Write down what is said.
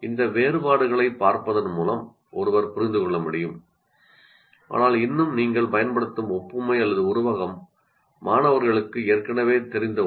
இந்த வேறுபாடுகளைப் பார்ப்பதன் மூலம் ஒருவர் புரிந்து கொள்ள முடியும் ஆனால் இன்னும் நீங்கள் பயன்படுத்தும் ஒப்புமை அல்லது உருவகம் மாணவர்களுக்கு ஏற்கனவே தெரிந்த ஒன்று